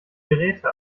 geräte